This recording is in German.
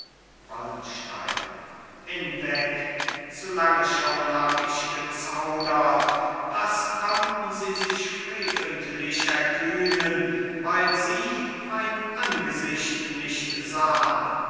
wallenstein hinweg zu lange hab ich schon gezaudert das konnten sie sich freventlich erkühnen weil sie mein angesicht nicht sahn